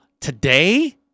Today